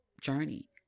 journey